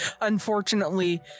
unfortunately